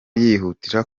yihutira